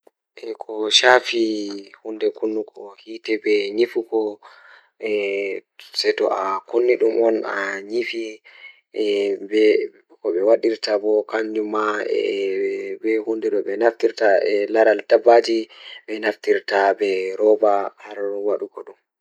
Laawol lightbulb, ngal rewɓe njiddaade firti rewɓe sabu rewti njamaaji fiyaangu. Ko laawol ngorko, rewɓe njiddaade laawol ngorko, ngorko ngaayngol rewɓe hoore fiyaangu. Ko njoɓdi ngal ngal, ƴeewte ngal rewɓe fiyaangu.